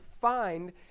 find